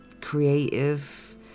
creative